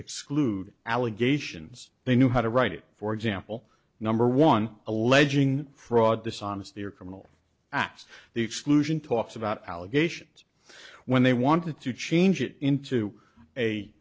exclude allegations they knew how to write for example number one alleging fraud dishonesty or criminal acts the exclusion talks about allegations when they wanted to change it into a